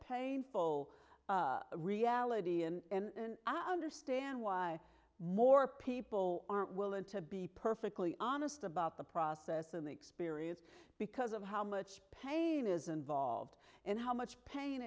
painful reality and i understand why more people aren't willing to be perfectly honest about the process and the experience because of how much pain is involved and how much pain